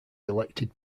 elected